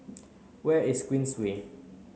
where is Queensway